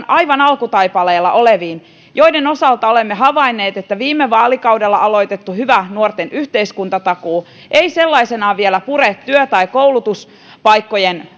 aivan alkutaipaleella oleviin joiden osalta olemme havainneet että viime vaalikaudella aloitettu hyvä nuorten yhteiskuntatakuu ei sellaisenaan vielä pure työ tai koulutuspaikkojen